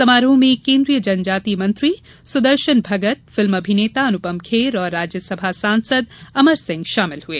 समारोह में केन्द्रीय जनजातीय मंत्री सुदर्शन भगत फिल्म अभिनेता अनूपम खेर और राज्यसभा सांसद अमर सिंह शामिल हुए